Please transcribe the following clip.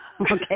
Okay